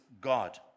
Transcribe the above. God